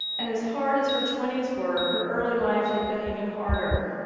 and as hard as her twenty s were, her early life had been even harder.